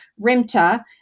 RIMTA